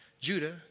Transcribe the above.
Judah